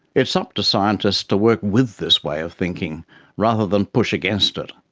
it's up to scientist to work with this way of thinking rather than push against it.